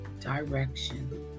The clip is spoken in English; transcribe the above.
direction